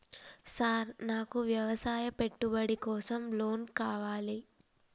Sir నాకు వ్యవసాయ పెట్టుబడి కోసం లోన్ కావాలి?